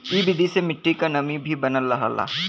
इ विधि से मट्टी क नमी भी बनल रहला